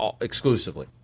exclusively